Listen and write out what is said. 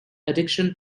addiction